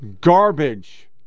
Garbage